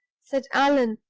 said allan,